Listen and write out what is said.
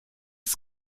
ist